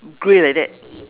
grey like that